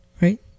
right